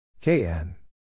Kn